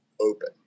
open